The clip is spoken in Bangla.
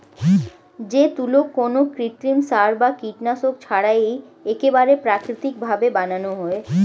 যে তুলো কোনো কৃত্রিম সার বা কীটনাশক ছাড়াই একেবারে প্রাকৃতিক ভাবে বানানো হয়